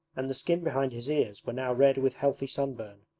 and the skin behind his ears were now red with healthy sunburn.